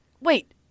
Wait